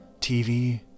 tv